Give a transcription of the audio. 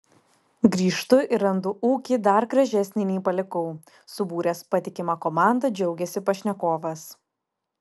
grįžtu ir randu ūkį dar gražesnį nei palikau subūręs patikimą komandą džiaugiasi pašnekovas